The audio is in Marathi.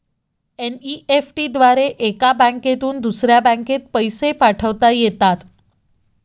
एन.ई.एफ.टी द्वारे एका बँकेतून दुसऱ्या बँकेत पैसे पाठवता येतात